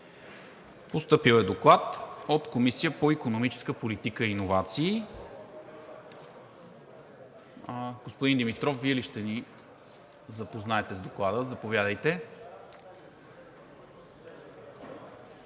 Постъпил е Доклад от Комисията по икономическа политика и иновации. Господин Димитров, Вие ли ще ни запознаете с Доклада? Заповядайте.